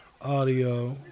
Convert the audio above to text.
audio